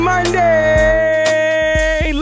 Monday